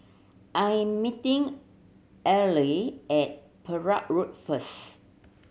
I am meeting Earle at Perak Road first